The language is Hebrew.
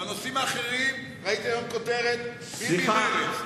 בנושאים האחרים, ראיתי היום כותרת "ביבי מרצ".